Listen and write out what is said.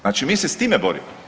Znači mi se s time borimo.